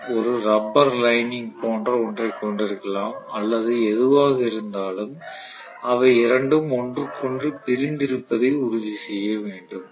நான் ஒரு rubber lining போன்ற ஒன்றைக் கொண்டிருக்கலாம் அல்லது எதுவாக இருந்தாலும் அவை இரண்டும் ஒன்றுக்கொன்று பிரிந்திருப்பதை உறுதி செய்ய வேண்டும்